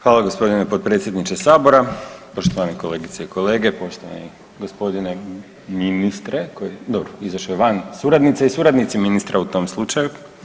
Hvala gospodine potpredsjedniče Sabora, poštovane kolegice i kolege, poštovani gospodine ministre, dobro izašao je van, suradnice i suradnici ministra u tom slučaju.